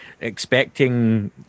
expecting